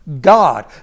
God